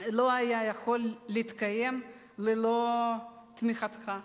לא היה יכול להתקיים ללא תמיכתך.